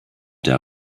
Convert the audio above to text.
der